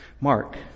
Mark